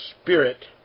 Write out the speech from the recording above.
spirit